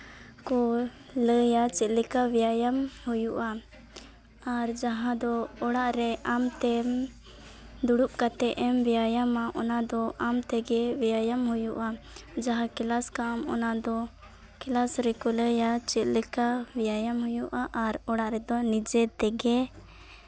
ᱠᱚ ᱞᱟᱹᱭᱟ ᱪᱮᱫ ᱞᱮᱠᱟ ᱵᱮᱭᱟᱢ ᱦᱩᱭᱩᱜᱼᱟ ᱟᱨ ᱡᱟᱦᱟᱸ ᱫᱚ ᱚᱲᱟᱜ ᱨᱮ ᱟᱢ ᱛᱮᱢ ᱫᱩᱲᱩᱵ ᱠᱟᱛᱮᱫ ᱮᱢ ᱵᱮᱭᱟᱢᱟ ᱚᱱᱟ ᱫᱚ ᱟᱢ ᱛᱮᱜᱮ ᱵᱮᱭᱟᱢ ᱦᱩᱭᱩᱜᱼᱟ ᱡᱟᱦᱟᱸ ᱠᱞᱟᱥ ᱠᱟᱜᱼᱟᱢ ᱚᱱᱟᱫᱚ ᱠᱞᱟᱥ ᱨᱮᱠᱚ ᱞᱟᱹᱭᱼᱟ ᱪᱮᱫ ᱞᱮᱠᱟ ᱵᱮᱭᱟᱢ ᱦᱩᱭᱩᱜᱼᱟ ᱟᱨ ᱚᱲᱟᱜ ᱨᱮᱫᱚ ᱱᱤᱡᱮ ᱛᱮᱜᱮ